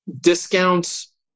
discounts